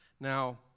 Now